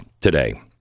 today